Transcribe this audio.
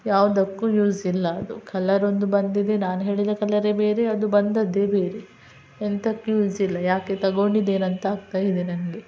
ಯಾವುದಕ್ಕೂ ಯೂಸಿಲ್ಲ ಅದು ಕಲರ್ ಒಂದು ಬಂದಿದೆ ನಾನು ಹೇಳಿದ ಕಲರೇ ಬೇರೆ ಅದು ಬಂದಿದ್ದೇ ಬೇರೆ ಎಂತಕ್ಕೆ ಯೂಸಿಲ್ಲ ಯಾಕೆ ತೊಗೊಂಡಿದೇನಂತ ಆಗ್ತಾ ಇದೆ ನನಗೆ